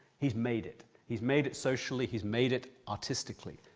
he's made it, he's made it socially, he's made it artistically.